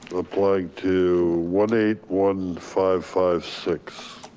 applied to one eight one five five, six.